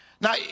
Now